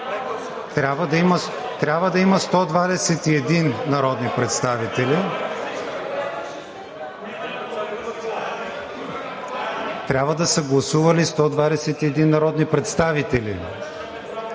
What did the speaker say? Трябва да има 121 народни представители. (Шум и реплики.) Трябва да са гласували 121 народни представители